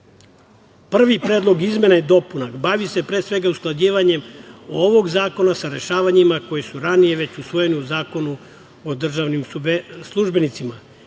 predlog izmena i dopuna bavi se pre svega usklađivanjem ovog zakona sa rešavanjima koja su ranije već usvojena u Zakonu o državnim službenicima